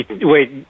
Wait